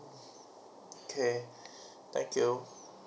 okay thank you